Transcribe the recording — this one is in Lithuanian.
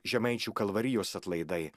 žemaičių kalvarijos atlaidai